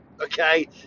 Okay